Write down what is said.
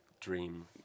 dream